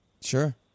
Sure